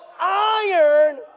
iron